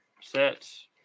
sets